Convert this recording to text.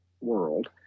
world